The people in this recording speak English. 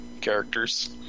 characters